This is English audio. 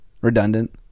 redundant